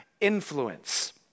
influence